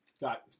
Got